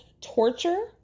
torture